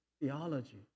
theology